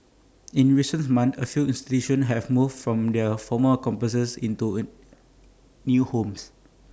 in recent months A few institutions have moved from their former campuses into new homes